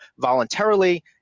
voluntarily